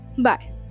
Bye